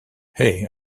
hey